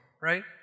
right